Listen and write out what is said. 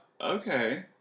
Okay